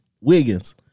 Wiggins